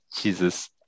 Jesus